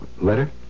Letter